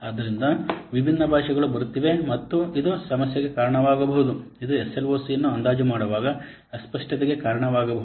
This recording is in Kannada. ಆದ್ದರಿಂದ ವಿಭಿನ್ನ ಭಾಷೆಗಳು ಬರುತ್ತಿವೆ ಮತ್ತು ಇದು ಸಮಸ್ಯೆಗೆ ಕಾರಣವಾಗಬಹುದು ಇದು ಎಸ್ಎಲ್ಒಸಿಯನ್ನು ಅಂದಾಜು ಮಾಡುವಾಗ ಅಸ್ಪಷ್ಟತೆಗೆ ಕಾರಣವಾಗಬಹುದು